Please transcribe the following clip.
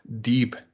deep